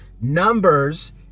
numbers